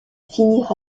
finir